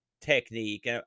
technique